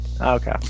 Okay